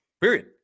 Period